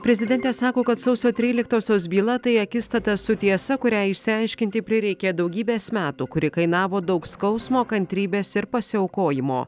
prezidentė sako kad sausio tryliktosios byla tai akistata su tiesa kurią išsiaiškinti prireikė daugybės metų kuri kainavo daug skausmo kantrybės ir pasiaukojimo